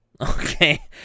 Okay